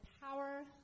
power